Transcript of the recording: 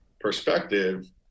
perspective